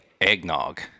eggnog